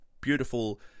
beautiful